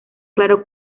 claro